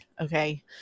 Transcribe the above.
Okay